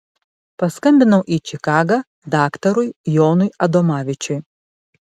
paskambinau į čikagą daktarui jonui adomavičiui